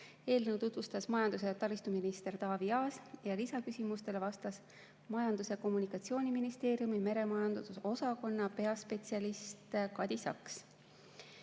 Eelnõu tutvustas majandus‑ ja taristuminister Taavi Aas ja lisaküsimustele vastas Majandus‑ ja Kommunikatsiooniministeeriumi meremajandusosakonna peaspetsialist Kadi Saks.